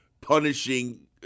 punishing